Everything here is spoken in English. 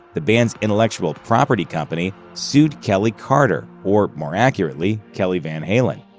the band's intellectual property company, sued kelly carter. or more accurately, kelly van halen.